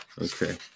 Okay